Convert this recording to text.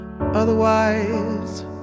otherwise